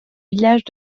villages